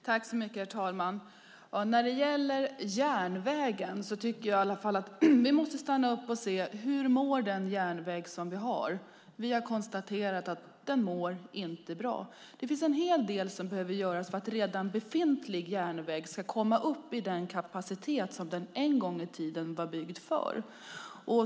Herr talman! När det gäller järnvägen tycker jag att vi måste stanna upp och se hur den järnväg som vi har mår. Vi har konstaterat att den inte mår bra. Det finns en hel del som behöver göras för att redan befintlig järnväg ska komma upp i den kapacitet som den en gång i tiden var byggd för.